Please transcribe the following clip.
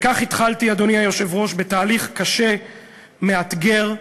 כך התחלתי, אדוני היושב-ראש, בתהליך קשה, מאתגר,